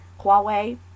Huawei